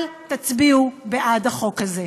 אל תצביעו בעד החוק הזה.